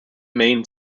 main